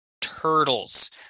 turtles